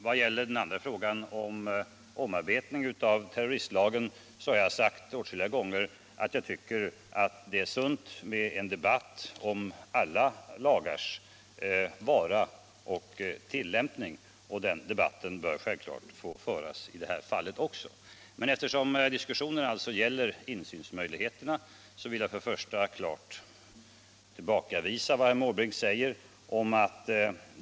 Vad den andra frågan beträffar, alltså den om en omarbetning av terroristlagen, har jag sagt åtskilliga gånger att jag tycker att det är riktigt med en debatt om alla lagars vara eller inte vara och tillämpning, och den debatten bör givetvis föras även i det här fallet. Eftersom denna diskussion främst gäller insynsmöjligheterna vill jag klart tillbakavisa herr Måbrinks påstående.